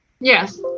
Yes